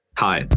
Hi